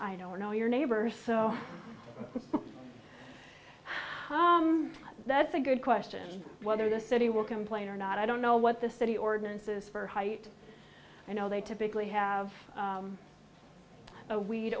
i don't know your neighbors so that's a good question whether the city will complain or not i don't know what the city ordinance is for height i know they typically have